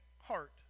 heart